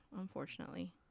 unfortunately